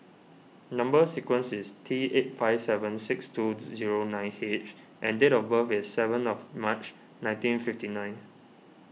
Number Sequence is T eight five seven six two zero nine H and date of birth is seven of March nineteen fifty nine